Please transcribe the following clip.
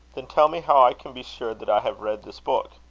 then tell me how i can be sure that i have read this book.